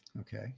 Okay